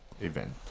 event